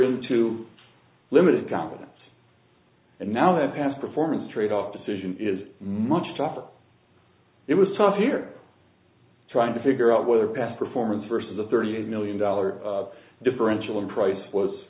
into limited competence and now have past performance tradeoff decision is much tougher it was tough you're trying to figure out whether past performance versus a thirty eight million dollars differential in price was